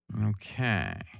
Okay